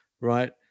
right